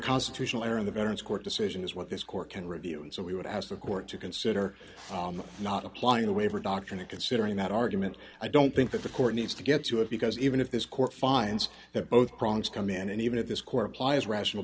constitutional error in the veterans court decision is what this court can review and so we would ask the court to consider not applying the waiver doctrine to considering that argument i don't think that the court needs to get to it because even if this court finds that both prongs come in and even if this court apply is rational